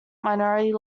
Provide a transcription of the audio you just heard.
minority